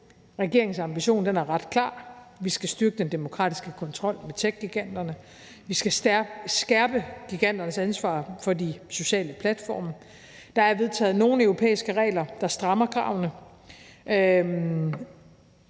Regeringens ambition er ret klar. Vi skal styrke den demokratiske kontrol med techgiganterne. Vi skal skærpe giganternes ansvar for de sociale platforme. Der er vedtaget nogle europæiske regler, der strammer kravene,